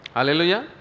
Hallelujah